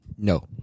No